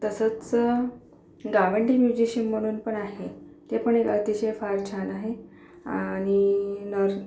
तसंच गावंडी म्युझिशिअन म्हणून पण आहे ते पण एक अतिशय फार छान आहे आणि